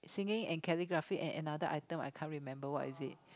singing and calligraphy and another item I can't remember what is it